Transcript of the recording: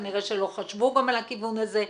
כנראה שגם לא חשבו על הכיוון הזה.